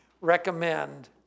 recommend